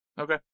Okay